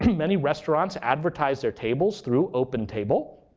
many restaurants advertise their tables through opentable.